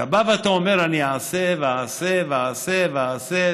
אתה בא ואתה אומר: אני אעשה ואעשה ואעשה ואעשה,